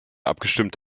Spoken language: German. abgestimmt